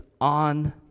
on